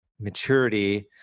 maturity